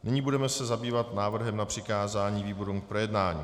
Nyní se budeme zabývat návrhem na přikázání výborům k projednání.